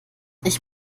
ich